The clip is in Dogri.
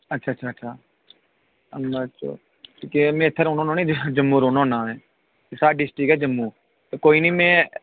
अच्छा अच्छा अच्छा ते के मैं इत्थे रौह्ना होन्ना जम्मू रौह्ना होन्नां मैं ते साढ़ी डिस्ट्रिक्ट ऐ जम्मू ते कोई नी मैं